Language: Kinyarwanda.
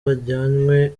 bajyanywe